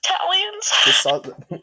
Italians